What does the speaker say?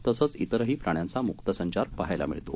तसंचइतरहीप्राण्यांचाम्क्तसंचारपहायलामिळतो